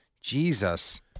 Jesus